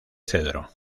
cedro